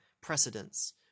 precedence